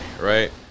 right